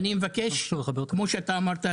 כמו שאמרת,